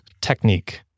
Technique